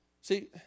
See